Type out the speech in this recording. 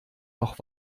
noch